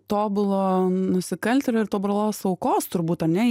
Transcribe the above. tobulo nusikaltėlio ir tobulos aukos turbūt ar ne